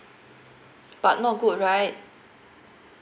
but not good right